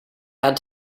had